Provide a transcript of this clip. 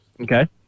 Okay